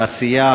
תעשייה,